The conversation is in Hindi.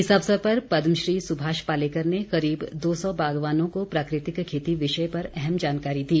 इस अवसर पर पद्मश्री सुभाष पालेकर ने करीब दो सौ बागवानों को प्राकृतिक खेती विषय पर अहम जानकारी दी